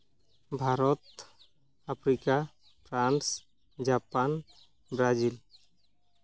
Bharat Africa France Japan Brazil